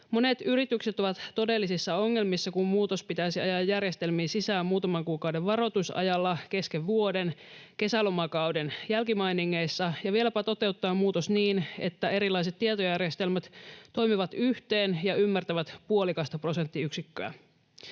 Monet yritykset ovat todellisissa ongelmissa, kun muutos pitäisi ajaa järjestelmiin sisään muutaman kuukauden varoitusajalla kesken vuoden kesälomakauden jälkimainingeissa ja vieläpä toteuttaa muutos niin, että erilaiset tietojärjestelmät toimivat yhteen ja ymmärtävät puolikasta prosenttiyksikköä.